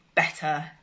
Better